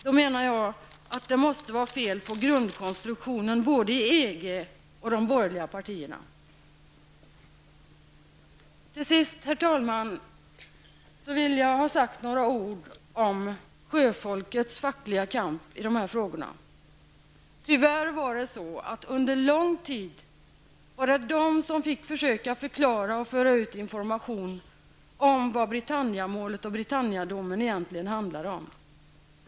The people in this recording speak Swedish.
Det är alltså fel på grundkonstruktionen i både EG och de borgerliga partierna. Till sist, herr talman, vill jag ha sagt några ord om sjöfolkets fackliga kamp i dessa frågor. Tyvärr var det under lång tid sjöfolket som fick försöka att förklara och föra ut information om vad Britanniamålet och Britannia-domen egentligen handlade om.